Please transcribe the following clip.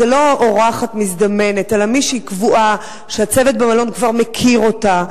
זו לא אורחת מזדמנת אלא מישהי קבועה שהצוות במלון כבר מכיר אותה,